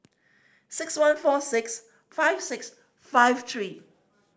six one four six five six five three